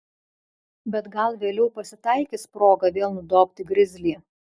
bet gal vėliau pasitaikys proga vėl nudobti grizlį